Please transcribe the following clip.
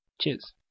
Cheers